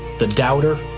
the doubter,